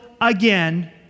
again